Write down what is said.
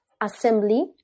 assembly